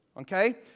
Okay